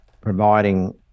providing